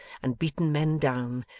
and beaten men down,